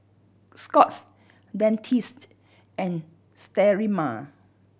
Scott's Dentiste and Sterimar